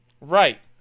Right